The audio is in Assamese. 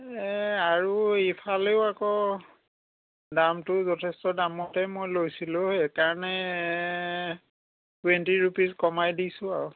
এ আৰু ইফালেও আকৌ দামটো যথেষ্ট দামতে মই লৈছিলোঁ সেই কাৰণে টুৱেন্টি ৰুপিজ কমাই দিছোঁ আও